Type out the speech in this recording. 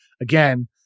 again